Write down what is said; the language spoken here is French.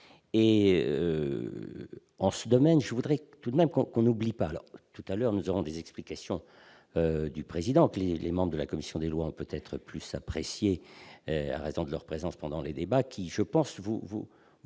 et en ce domaine, je voudrais tout de même qu'on qu'on oublie pas tout à l'heure, nous avons des explications du président les les membres de la commission des lois, peut-être plus apprécié à raison de leur présence pendant les débats, qui, je pense que vous vous